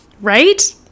right